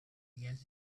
guess